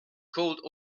called